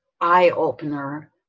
eye-opener